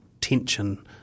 tension